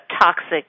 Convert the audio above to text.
toxic